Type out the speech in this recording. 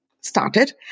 started